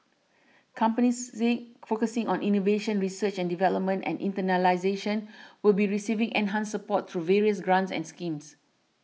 companies Z focusing on innovation research and development and internationalisation will be receiving enhanced support through various grants and schemes